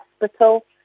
Hospital